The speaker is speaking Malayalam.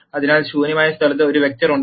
അതിനാൽ ശൂന്യമായ സ്ഥലത്ത് ഒരു വെക്റ്റർ ഉണ്ട്